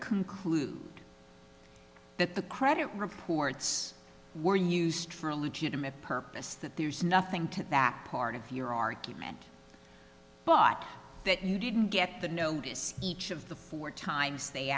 conclude that the credit reports were used for a legitimate purpose that there's nothing to that part of your argument but you didn't get to know each of the four times the